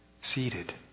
seated